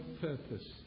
purpose